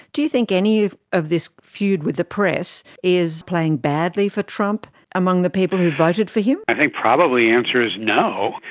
do you think any of this feud with the press is playing badly for trump among the people who voted for him? i think probably the answer is no.